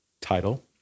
title